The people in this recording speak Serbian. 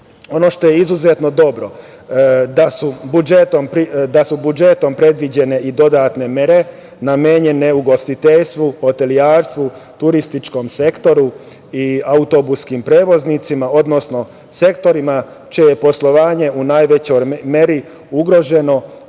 što je izuzetno dobro, da su budžetom predviđene i dodatne mere namenjene ugostiteljstvu, hotelijerstvu, turističkom sektoru i autobuskim prevoznicima, odnosno sektorima čije je poslovanje u najvećoj meri ugroženo